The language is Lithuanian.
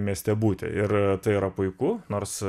mieste būti ir tai yra puiku nors